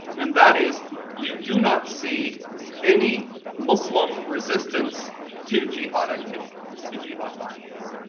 and that is you do not see any muslim resistance to jihad activity to jihad violence.